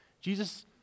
Jesus